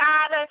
God